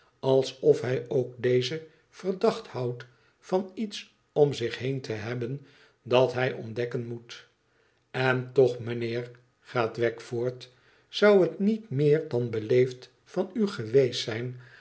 alsof hij ook dezen verdacht houdt van iets om zich heen te hebben dat hij ontdekken moet en toch meneer gaat wegg voort zou het niet meer dan beleefd van u geweest zijn